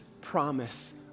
promise